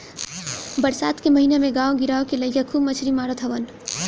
बरसात के महिना में गांव गिरांव के लईका खूब मछरी मारत हवन